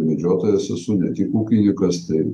medžiotojas esu ne tik ūkininkas tai